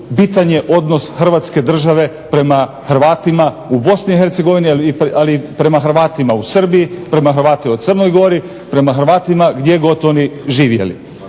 bitan je odnos Hrvatske države prema Hrvatima u BiH ali i prema Hrvatima u Srbiji, prema Hrvatima u Crnoj Gori, prema Hrvatima gdje god oni živjeli.